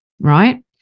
Right